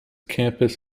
campus